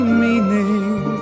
meaning